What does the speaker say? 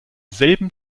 selben